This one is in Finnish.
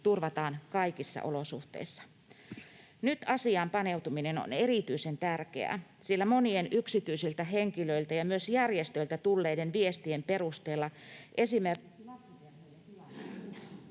turvataan kaikissa olosuhteissa. Nyt asiaan paneutuminen on erityisen tärkeää, sillä monien yksityisiltä henkilöiltä ja myös järjestöiltä tulleiden viestien perusteella esimerkiksi lapsiperheiden tilanne